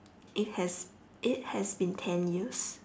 it has it has been ten years